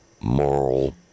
moral